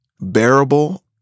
bearable